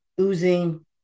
oozing